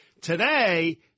Today